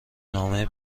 نامه